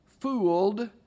fooled